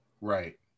right